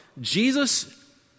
Jesus